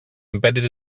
embedded